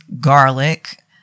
garlic